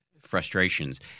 frustrations